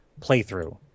playthrough